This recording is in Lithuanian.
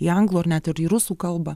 į anglų ar net ir į rusų kalbą